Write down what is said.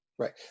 Right